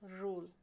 rule